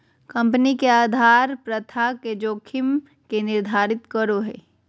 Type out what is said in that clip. company के उधार प्रथा के जोखिम के निर्धारित करो हइ